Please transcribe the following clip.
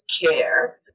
care